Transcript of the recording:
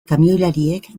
kamioilariek